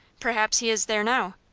perhaps he is there now.